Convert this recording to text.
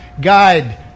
guide